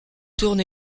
tourne